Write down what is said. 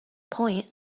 point